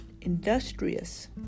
industrious